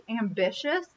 ambitious